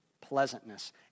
pleasantness